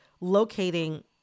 locating